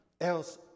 else